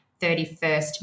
31st